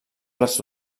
plats